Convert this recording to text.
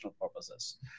purposes